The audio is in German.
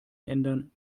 ändern